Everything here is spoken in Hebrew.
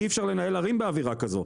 אי אפשר לנהל ערים באווירה כזו.